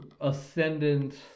ascendant